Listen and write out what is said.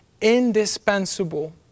indispensable